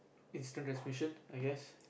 instant transmission I guess